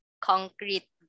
concrete